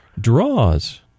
draws